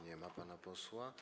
Nie ma pana posła.